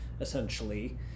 essentially